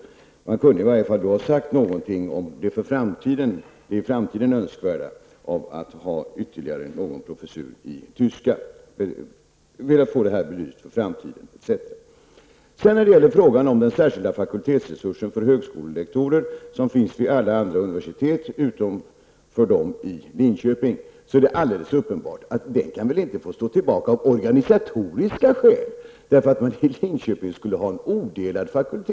Man kunde i varje fall ha sagt någonting om det för framtiden önskvärda av att ha ytterligare någon professur i tyska, att man velat få detta belyst för framtiden, etc. När det gäller frågan om den särskilda fakultetsresursen för högskolelektorer, som finns vid alla universitet utom Linköping, är det alldeles uppenbart att Linköping inte kan få stå tillbaka av organisatoriska skäl, därför att man i Linköping skulle ha en odelad fakultet.